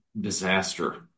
disaster